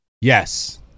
Yes